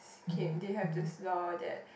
okay they have to slow that